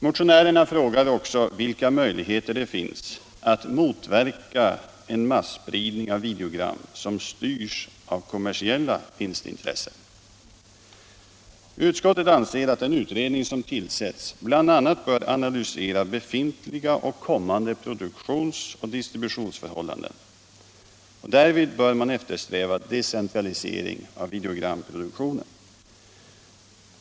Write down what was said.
Motionärerna frågar också vilka möjligheter det finns att motverka en masspridning av videogram som styrs av kommersiella vinstintressen. Utskottet anser att den utredning som tillsätts bl.a. bör analysera befintliga och kommande produktions och distributionsförhållanden. Därvid bör man eftersträva decentralisering av videogramproduktionen.